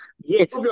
Yes